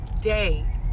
day